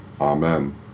Amen